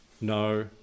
no